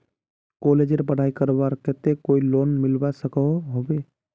कॉलेजेर पढ़ाई करवार केते कोई लोन मिलवा सकोहो होबे?